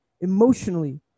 emotionally